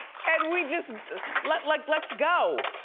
and we just let, like, let's go.